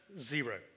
zero